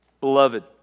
Beloved